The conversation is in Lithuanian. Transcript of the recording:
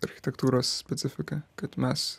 architektūros specifika kad mes